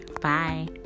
bye